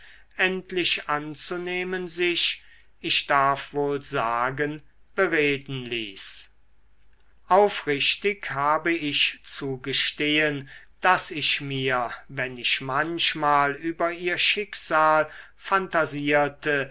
endlich anzunehmen sich ich darf wohl sagen bereden ließ aufrichtig habe ich zu gestehen daß ich mir wenn ich manchmal über ihr schicksal phantasierte